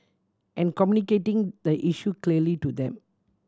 and communicating the issue clearly to them